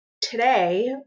today